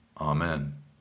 Amen